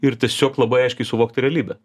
ir tiesiog labai aiškiai suvokti realybę